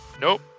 nope